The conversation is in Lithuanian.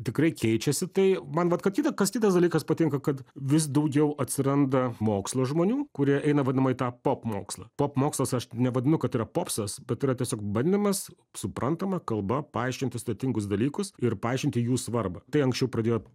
tikrai keičiasi tai man vat ką kitą kas kitas dalykas patinka kad vis daugiau atsiranda mokslo žmonių kurie eina vadinamą į tą pop mokslą pop mokslas aš nevadinu kad tai yra popsas bet tai yra tiesiog bandymas suprantama kalba paaiškinti sudėtingus dalykus ir paaiškinti jų svarbą tai anksčiau pradėjo